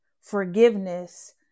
forgiveness